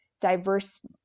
diverse